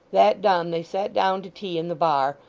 that done, they sat down to tea in the bar,